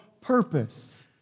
purpose